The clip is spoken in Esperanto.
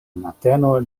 mateno